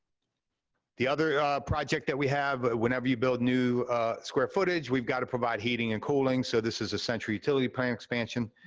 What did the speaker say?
the other project that we have, whenever you build new square footage, we've gotta provide heating and cooling, so this is a central utility plant expansion.